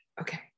okay